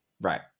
Right